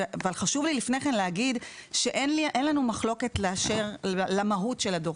אבל לפני כן חשוב לי להגיד שאין לנו מחלוקת באשר למהות הדוח.